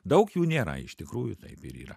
daug jų nėra iš tikrųjų taip ir yra